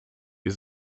wir